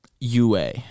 UA